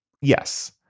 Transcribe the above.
yes